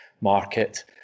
market